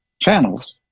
Channels